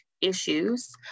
issues